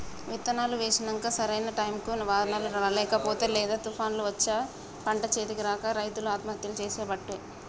విత్తనాలు వేశినంక సరైన టైముకు వానలు లేకనో లేదా తుపాన్లు వచ్చో పంట చేతికి రాక రైతులు ఆత్మహత్యలు చేసికోబట్టే